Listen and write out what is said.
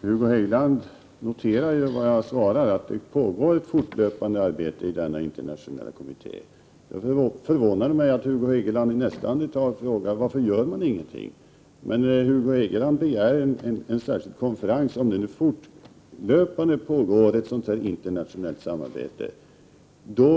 Herr talman! Hugo Hegeland noterade vad jag svarade, att det pågår ett fortlöpande arbete i en internationell kommitté. Det förvånar mig att Hugo Hegeland i nästa andetag frågar: Varför gör man ingenting? Hugo Hegeland begär en särskild konferens. Om det nu fortlöpande pågår ett internationellt samarbete,